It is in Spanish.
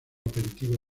aperitivo